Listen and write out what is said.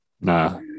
Nah